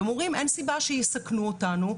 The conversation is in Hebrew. והם אומרים אין סיבה שיסכנו אותנו.